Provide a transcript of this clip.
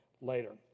later